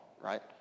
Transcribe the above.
right